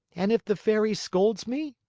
and if the fairy scolds me?